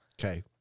Okay